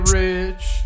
rich